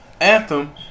Anthem